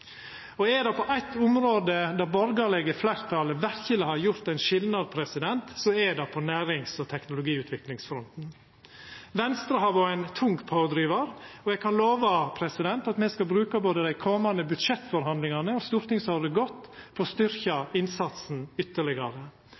Og er det på eitt område det borgarlege fleirtalet verkeleg har gjort ein skilnad, er det på nærings- og teknologiutviklingsfronten. Venstre har vore ein tung pådrivar, og eg kan lova at me skal bruka både dei komande budsjettforhandlingane og stortingsåret godt for å styrkja innsatsen ytterlegare.